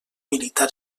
militar